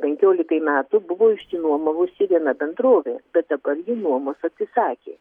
penkiolikai metų buvo išsinuomavusi viena bendrovė bet dabar ji nuomos atsisakė